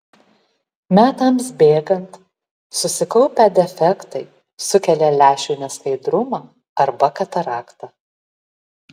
metams bėgant susikaupę defektai sukelia lęšių neskaidrumą arba kataraktą